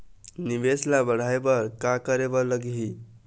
निवेश ला बढ़ाय बर का करे बर लगही?